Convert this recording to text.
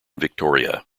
victoria